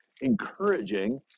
encouraging